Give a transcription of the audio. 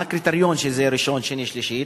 מה הקריטריון שזה ראשון, שני, שלישי?